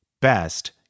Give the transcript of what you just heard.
Best